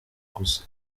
gusa